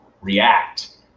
react